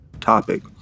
topic